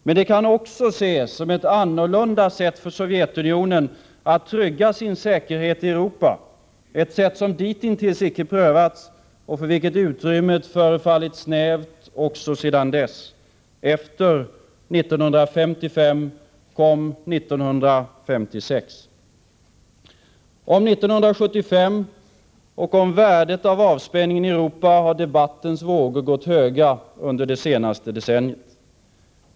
Men det kan också ses som ett annorlunda sätt för Sovjetunionen att trygga sin säkerhet i Europa, ett sätt som ditintills icke prövats och för vilket utrymmet förefallit snävt också sedan dess. Efter 1955 kom 1956. Om 1975 och om värdet av avspänningen i Europa har debattens vågor gått länder höga under det senaste decenniet.